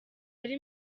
ari